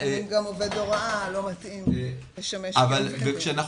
לפעמים גם עובד הוראה לא מתאים לשמש --- כשאנחנו